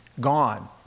gone